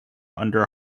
under